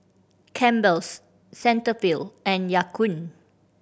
Campbell's Cetaphil and Ya Kun